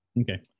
Okay